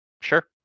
Sure